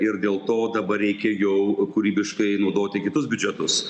ir dėl to dabar reikia jau kūrybiškai naudoti kitus biudžetus